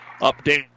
Update